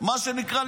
מה שנקרא,